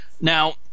now